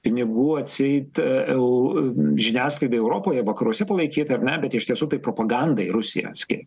pinigų atseit eu žiniasklaidai europoje vakaruose palaikyti ar ne bet iš tiesų tai propagandai rusija skiria